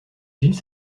gilles